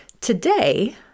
today